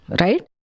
Right